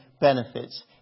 benefits